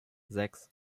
sechs